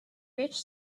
rich